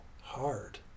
hard